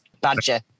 Badger